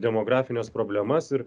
demografines problemas ir